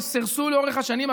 שסירסו לאורך השנים,